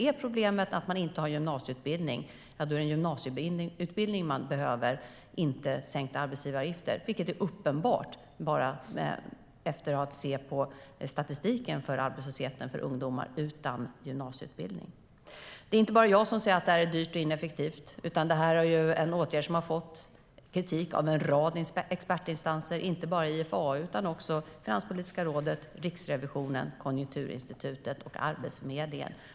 Är problemet att man inte har gymnasiebildning, ja, då är det en gymnasieutbildning som man behöver, inte sänkta arbetsgivaravgifter, vilket är uppenbart efter att ha tagit del av statistiken för arbetslösheten bland ungdomar utan gymnasieutbildning. Det är inte bara jag som säger att det här är dyrt och ineffektivt, utan det är ju en åtgärd som har fått kritik av en rad expertinstanser, inte bara av IFAU utan också av Finanspolitiska rådet, Riksrevisionen, Konjunkturinstitutet och Arbetsförmedlingen.